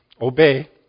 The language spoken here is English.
obey